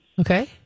Okay